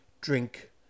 Drink